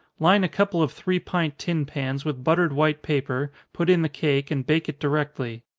line a couple of three pint tin pans with buttered white paper, put in the cake, and bake it directly.